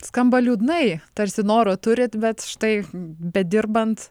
skamba liūdnai tarsi noro turit bet štai bedirbant